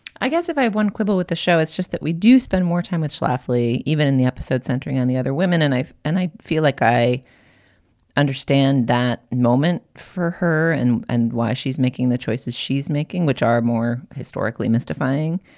i guess if i one quibble with the show, it's just that we do spend more time with schlafly even in the episode centering on the other women. and i've. and i feel like i understand that moment for her and and why she's making the choices she's making, which are more historically mystifying,